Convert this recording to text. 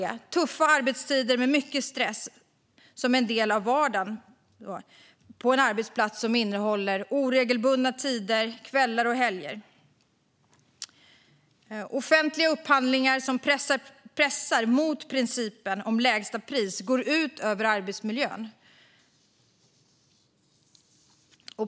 Tuffa arbetstider med mycket stress är en del av vardagen. Det är en arbetsplats där man har oregelbundna arbetstider och arbetar på kvällar och helger. Offentliga upphandlingar som pressar mot principen om lägsta pris går ut över arbetsmiljön.